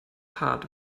hart